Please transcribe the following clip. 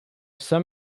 some